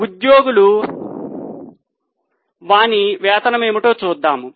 ఇప్పుడు ఉద్యోగులు దాని వేతనం ఏమిటో చూద్దాం